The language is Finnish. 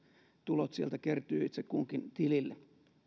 tulot sieltä kertyvät itse kunkin tilille